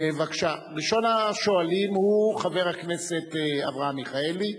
בבקשה, ראשון השואלים הוא חבר הכנסת אברהם מיכאלי,